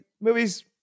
Movies